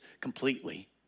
completely